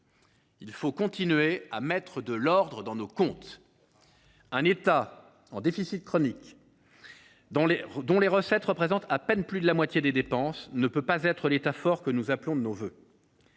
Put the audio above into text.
Il faut continuer à mettre de l’ordre dans nos comptes. Un État en déficit chronique, dont les recettes représentent à peine plus de la moitié des dépenses, ne peut pas être l’État fort que nous appelons de nos vœux.